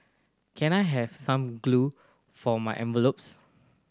can I have some glue for my envelopes